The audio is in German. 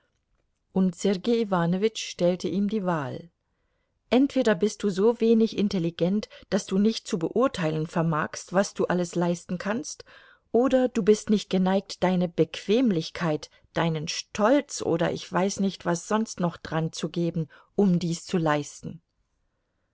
und sergei iwanowitsch stellte ihm die wahl entweder bist du so wenig intelligent daß du nicht zu beurteilen vermagst was du alles leisten kannst oder du bist nicht geneigt deine bequemlichkeit deinen stolz oder ich weiß nicht was sonst noch dranzugehen um dies zu leisten